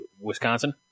Wisconsin